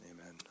Amen